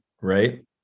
right